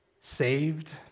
saved